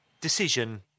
decision